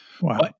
Wow